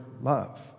love